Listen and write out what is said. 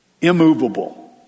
Immovable